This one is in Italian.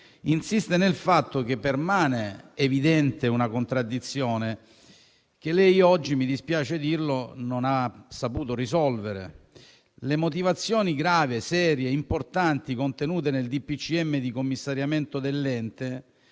insiste sul fatto che permane evidente una contraddizione che lei oggi - mi dispiace dirlo - non ha saputo risolvere. Le motivazioni gravi, serie e importanti contenute nel decreto del